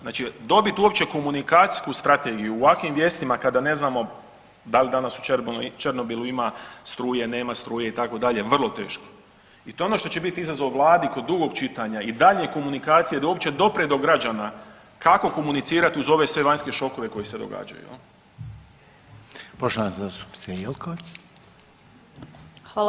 Znači dobit uopće komunikacijsku strategiju u ovakvim vijestima kada ne znamo da li danas u Černobilu ima struje, nema struje, itd., vrlo teško i to je ono što će biti izazov Vladi kod drugog čitanja i daljnje komunikacije da uopće dopre do građana kako komunicirati uz ove sve vanjske šokove koji se događaju, je li?